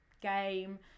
game